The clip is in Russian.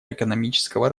экономического